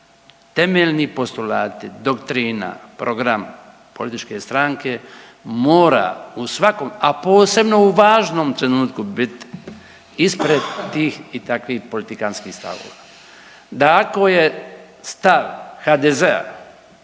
temeljni postulati, doktrina, program političke stranke mora u svakom, a posebno u važnom trenutku bit ispred tih i takvih politikanskih stavova, da ako je stav HDZ-a